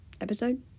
episode